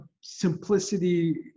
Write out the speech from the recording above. simplicity